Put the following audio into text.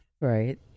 Right